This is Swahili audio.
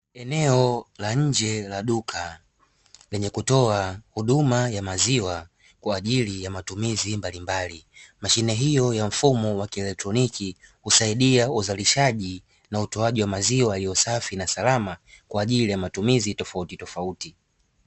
Eneo la nje la duka lenye kutoa huduma ya maziwa kwa ajili ya matumizi mbalimbali. Mashine hiyo ya mfumo wa kielektroniki husaidia uzalishaji na utoaji wa maziwa yaliyosafi na salama kwa ajili ya matumizi tofautitofauti.